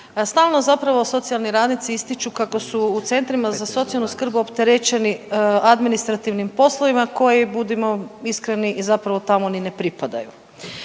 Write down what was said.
Stalno zapravo socijalni radnici ističu kako su u centrima za socijalnu skrb opterećeni administrativnim poslovima koji budimo iskreni i zapravo tamo ni ne pripadaju.